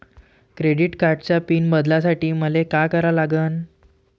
Credit कार्डाचा pin बदलासाठी मले का करा लागन?